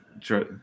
try